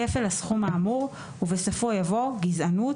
כפל הסכום האמור", ובסופו יבוא: ""גזענות"